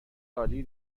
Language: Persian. عالی